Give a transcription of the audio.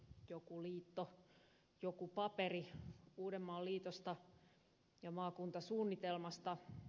joku liitto joku paperi uudenmaan liitosta ja maakuntasuunnitelmasta